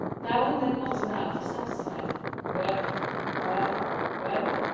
now and then muttered out a satisfied wirk wirk wirk!